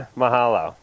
mahalo